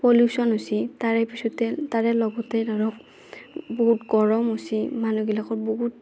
pollution হৈছি তাৰে পিছতে তাৰে লগতে ধৰক বহুত গৰম হৈছি মানুহবিলাকৰ বহুত